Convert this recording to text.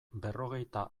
berrogeita